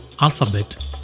Alphabet